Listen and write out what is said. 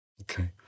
Okay